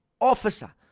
officer